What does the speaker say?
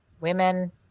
women